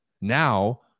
Now